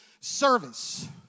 Service